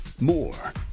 More